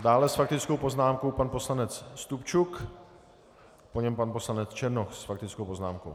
Dále s faktickou poznámkou pan poslanec Stupčuk, po něm pan poslanec Černoch s faktickou poznámkou.